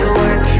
work